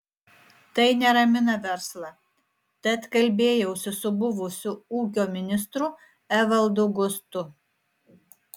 tai neramina verslą tad kalbėjausi su buvusiu ūkio ministru evaldu gustu